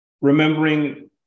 remembering